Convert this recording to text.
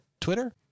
Twitter